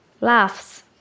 laughs